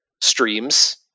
streams